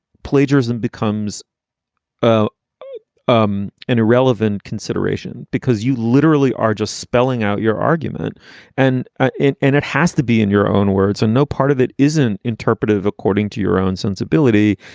plagiarism becomes ah um an irrelevant consideration because you literally are just spelling out your argument and ah it and it has to be in your own words. and no part of it isn't interpretive according to your own sensibility.